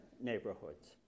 neighborhoods